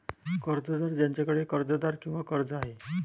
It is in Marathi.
कर्जदार ज्याच्याकडे कर्जदार किंवा कर्ज आहे